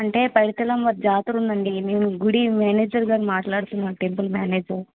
అంటే పైడితల్లి అమ్మవారి జాతర ఉందండి నేను గుడి మేనేజర్ గారు మాట్లాడుతున్నా టెంపుల్ మేనేజర్